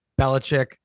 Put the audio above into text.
Belichick